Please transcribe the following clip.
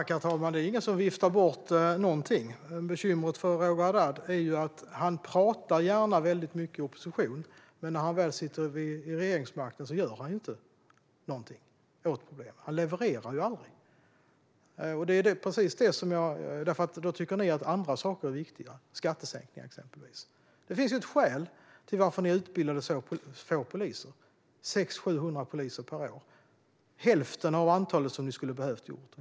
Herr talman! Det är ingen som viftar bort någonting. Bekymret för Roger Haddad är ju att han gärna pratar väldigt mycket i opposition, men när han väl sitter vid regeringsmakten gör han inte någonting. Han levererar aldrig, för då tycker ni nämligen att andra saker är viktiga, exempelvis skattesänkningar. Det finns ju ett skäl till att ni utbildade så få poliser, 600-700 poliser per år - hälften av antalet som skulle ha behövts.